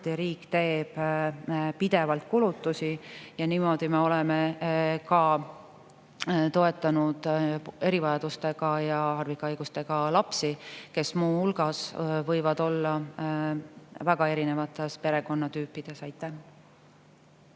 riik teeb pidevalt kulutusi, ja niimoodi me oleme ka toetanud erivajadustega ja harvikhaigustega lapsi, kes muu hulgas võivad olla väga erinevat tüüpi perekondades. Jaak